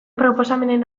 proposamenen